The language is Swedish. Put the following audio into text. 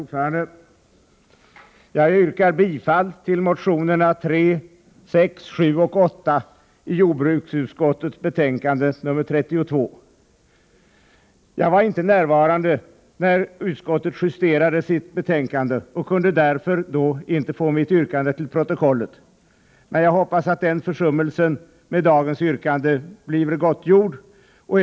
Herr talman! Jag yrkar bifall till reservationerna 3, 6, 7 och 8 i jordbruksutskottets betänkande nr 32. Jag var inte närvarande när utskottet justerade sitt betänkande och kunde därför inte få min reservation till protokollet då, men jag hoppas att den försummelsen med dagens yrkande blir gottgjord.